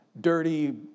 dirty